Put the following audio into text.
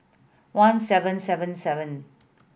one seven seven seven